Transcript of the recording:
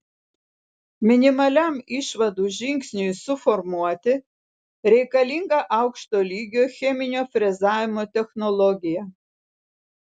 minimaliam išvadų žingsniui suformuoti reikalinga aukšto lygio cheminio frezavimo technologija